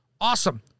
Awesome